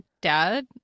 dad